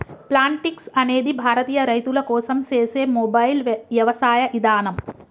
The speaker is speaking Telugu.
ప్లాంటిక్స్ అనేది భారతీయ రైతుల కోసం సేసే మొబైల్ యవసాయ ఇదానం